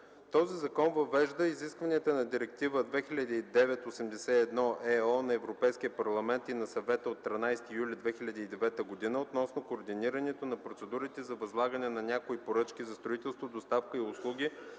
Този закон въвежда изискванията на Директива 2009/81/ЕО на Европейския парламент и на Съвета от 13 юли 2009 г. относно координирането на процедурите за възлагане на някои поръчки за строителство, доставки и услуги